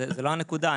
זאת לא הנקודה.